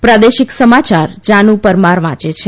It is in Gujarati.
પ્રાદેશિક સમાચાર જાનુ પરમાર વાંચે છે